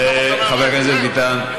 חבר הכנסת ביטן.